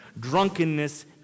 Drunkenness